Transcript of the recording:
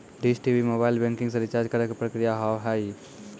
Dish TV mobile banking से recharge करे के प्रक्रिया का हाव हई?